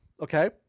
okay